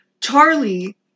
Charlie